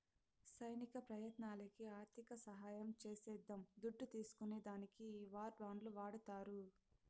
సైనిక ప్రయత్నాలకి ఆర్థిక సహాయం చేసేద్దాం దుడ్డు తీస్కునే దానికి ఈ వార్ బాండ్లు వాడతారు